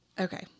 okay